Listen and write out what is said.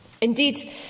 Indeed